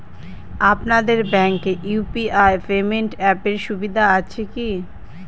আপনাদের ব্যাঙ্কে UPI payment অ্যাপের সুবিধা আছে কি?